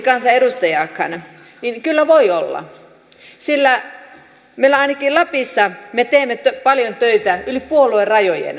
kyllä ne voivat olla sillä ainakin meillä lapissa me teemme paljon töitä yli puoluerajojen